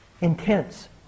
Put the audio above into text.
intense